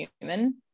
human